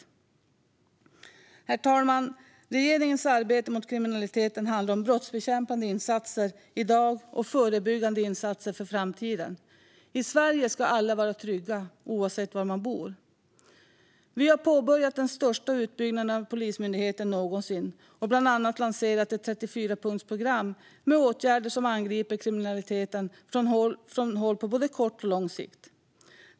Herr talman! Regeringens arbete mot kriminaliteten handlar om brottsbekämpande insatser i dag och förebyggande insatser för framtiden. I Sverige ska alla vara trygga, oavsett var man bor. Vi har påbörjat den största utbyggnaden av Polismyndigheten någonsin och bland annat lanserat ett 34-punktsprogram med åtgärder som angriper kriminaliteten från flera håll på både kort och lång sikt.